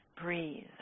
breathe